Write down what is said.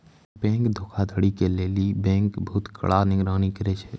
bank धोखाधड़ी के लेली बैंक बहुते कड़ा निगरानी करै छै